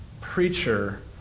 preacher